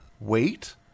Wait